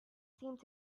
seemed